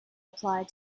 applied